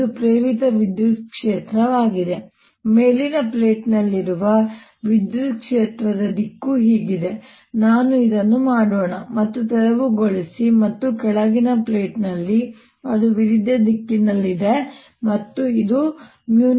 ಇದು ಪ್ರೇರಿತ ವಿದ್ಯುತ್ ಕ್ಷೇತ್ರವಾಗಿದೆ ಮೇಲಿನ ಪ್ಲೇಟ್ನಲ್ಲಿರುವ ವಿದ್ಯುತ್ ಕ್ಷೇತ್ರದ ದಿಕ್ಕು ಹೀಗಿದೆ ನಾನು ಇದನ್ನು ಮಾಡೋಣ ಮತ್ತೆ ತೆರವುಗೊಳಿಸಿ ಮತ್ತು ಕೆಳಗಿನ ಪ್ಲೇಟ್ನಲ್ಲಿ ಅದು ವಿರುದ್ಧ ದಿಕ್ಕಿನಲ್ಲಿದೆ ಮತ್ತು ಇದು 0